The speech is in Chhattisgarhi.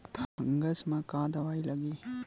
फंगस म का दवाई लगी?